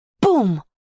Boom